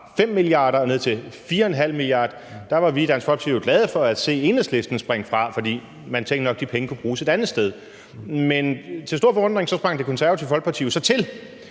5 mia. kr. ned til 4,5 mia. kr., var vi i Dansk Folkeparti glade for at se Enhedslisten springe fra, fordi man nok tænkte, at de penge kunne bruges et andet sted. Men til stor forundring sprang Det Konservative Folkeparti jo så til,